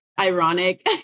ironic